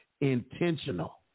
intentional